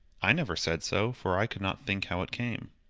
i never said so, for i could not think how it came.